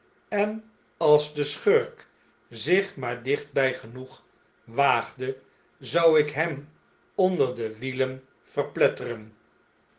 en als de schurk zich maar dichtbij genoeg waagde zou ik hem onder de wielen verpletteren